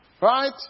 right